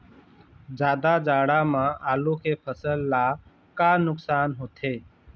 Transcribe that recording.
जादा जाड़ा म आलू के फसल ला का नुकसान होथे?